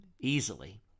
easily